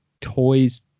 toys